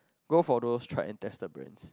go for those tried and tested brands